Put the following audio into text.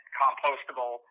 compostable